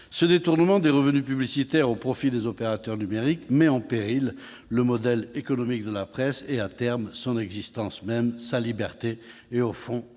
Ce détournement des revenus publicitaires au profit des opérateurs numériques met en péril le modèle économique de la presse et, à terme, son existence même, sa liberté et, au fond,